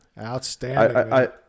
outstanding